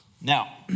Now